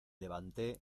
levanté